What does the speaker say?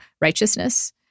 righteousness